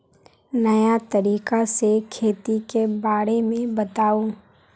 नया तरीका से खेती के बारे में बताऊं?